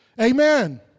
Amen